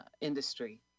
industry